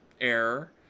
error